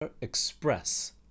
express